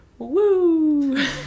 Woo